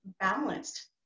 Balanced